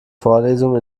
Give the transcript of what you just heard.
vorlesung